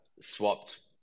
swapped